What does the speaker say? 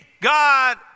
God